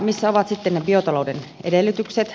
missä ovat sitten ne biotalouden edellytykset